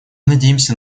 надеемся